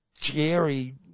Jerry